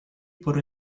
por